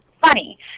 funny